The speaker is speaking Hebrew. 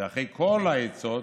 ואחרי כל העצות